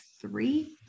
three